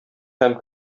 һәм